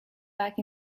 back